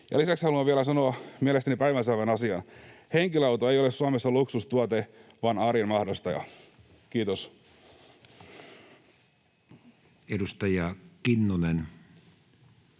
Lisäksi haluan vielä sanoa mielestäni päivänselvän asian. Henkilöauto ei ole Suomessa luksustuote vaan arjen mahdollistaja. — Kiitos. [Speech